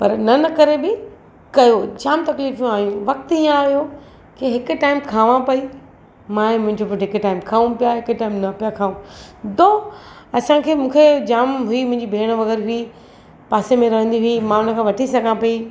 पर न न करे बि कयो जामु तकलीफ़ूं आयूं वक़्तु इएं आयो की हिकु टाइम खावां पई मां ऐं मुंहिंजो पुटु हिकु टाइम खाऊं पिया हिकु टाइम न पिया खाऊं त असांखे मूंखे जामु हुई मुंहिंजी भेण वग़ैरह बि पासे में रहंदी हुई मां उनखां वठी सघां पई